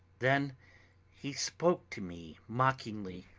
then he spoke to me mockingly,